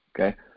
okay